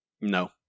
No